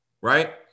Right